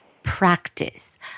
practice